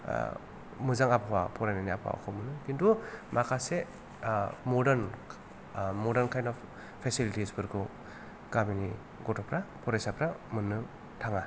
आ मोजां आबहावा फरायनायनि आबहावाखौ खिन्थु माखासे मदार्न खायेन्द अफ फिसिलिटिसफोरखौ गामिनि गथ'फ्रा फरायसाफ्रा मोननो थाङा